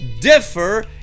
differ